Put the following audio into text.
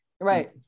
Right